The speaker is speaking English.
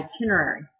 itinerary